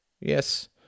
Yes